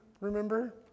remember